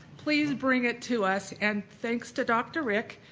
please bring it to us and thanks to dr. rick,